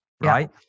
right